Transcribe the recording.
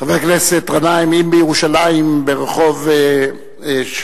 חבר הכנסת גנאים, אם בירושלים, ברחוב יפה-נוף,